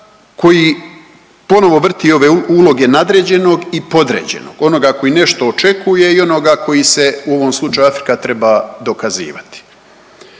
koji ponovo vrsti ove uloge nadređenog i podređenog, onoga koji nešto očekuje i onoga koji se u ovom slučaju, Afrika, treba dokazivati.